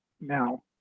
now